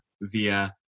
via